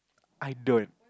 I don't